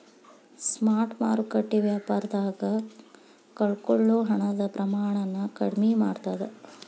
spot ಮಾರುಕಟ್ಟೆ ವ್ಯಾಪಾರದಾಗ ಕಳಕೊಳ್ಳೊ ಹಣದ ಪ್ರಮಾಣನ ಕಡ್ಮಿ ಮಾಡ್ತದ